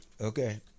Okay